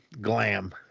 Glam